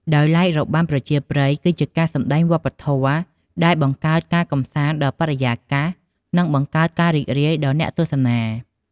ដោយឡែករបាំប្រជាប្រិយគឺជាការសំដែងវប្បធម៌ដែលបង្កើតការកំសាន្តដល់បរិយាកាស និងបង្កើតការរីករាយដល់អ្នកទស្សនា។